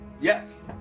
Yes